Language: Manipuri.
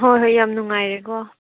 ꯍꯣꯏ ꯍꯣꯏ ꯌꯥꯝ ꯅꯨꯡꯉꯥꯏꯔꯦꯀꯣ